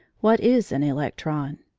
what is an electron?